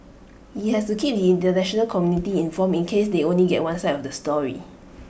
he has to keep International community informed in case they only get one side of the story